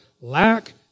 lack